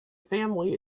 family